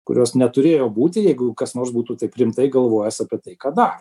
kurios neturėjo būti jeigu kas nors būtų taip rimtai galvojęs apie tai ką daro